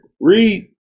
Read